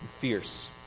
fierce